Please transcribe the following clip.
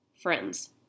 Friends